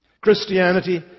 Christianity